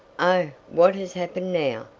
oh, what has happened now?